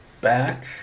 back